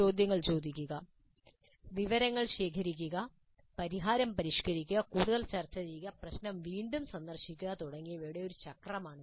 ചോദ്യങ്ങൾ ചോദിക്കുക വിവരങ്ങൾ ശേഖരിക്കുക പരിഹാരം പരിഷ്കരിക്കുക കൂടുതൽ ചർച്ച ചെയ്യുക പ്രശ്നം വീണ്ടും സന്ദർശിക്കുക തുടങ്ങിയവയുടെ ഒരു ചക്രമാണിത്